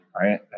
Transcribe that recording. right